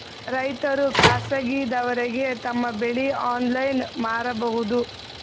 ರೈತರು ಖಾಸಗಿದವರಗೆ ತಮ್ಮ ಬೆಳಿ ಆನ್ಲೈನ್ ಮಾರಬಹುದು?